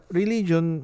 religion